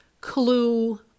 clue